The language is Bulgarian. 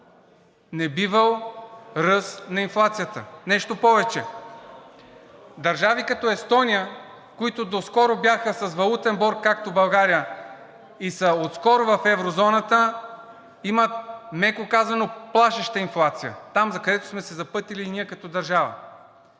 небивал ръст на инфлацията. Нещо повече, държави като Естония, които доскоро бяха с валутен борд, както България, и са отскоро в еврозоната, имат, меко казано, плашеща инфлация – там, закъдето сме се запътили ние като държава.